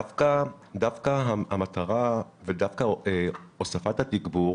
דווקא המטרה ודווקא הוספת התגבור